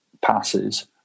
passes